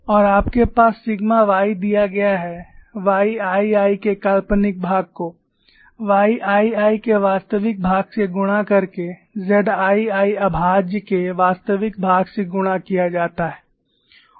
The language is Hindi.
और आपके पास सिग्मा y दिया गया है YII के काल्पनिक भाग को YII के वास्तविक भाग से गुणा करके ZII अभाज्य के वास्तविक भाग से गुणा किया गया है